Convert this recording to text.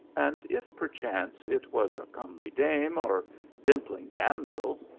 and if, perchance, it was a comely dame, or dimpling damsel,